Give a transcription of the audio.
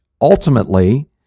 ultimately